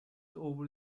over